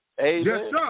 Amen